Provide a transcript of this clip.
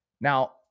Now